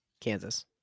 Kansas